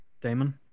Damon